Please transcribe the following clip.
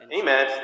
amen